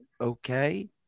okay